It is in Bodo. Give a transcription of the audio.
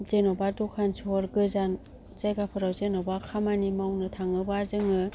जेन'बा दखान सहर गोजान जायगाफोराव जेन'बा खामानि मावनो थाङोबा जोङो